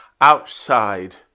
outside